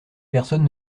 personne